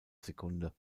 sekunde